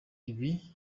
ibi